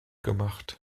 gemacht